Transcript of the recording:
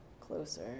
closer